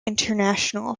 international